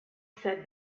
said